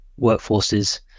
workforces